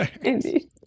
Indeed